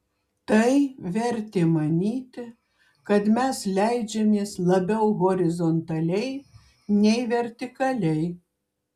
tai vertė manyti kad mes leidžiamės labiau horizontaliai nei vertikaliai